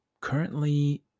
currently